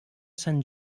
sant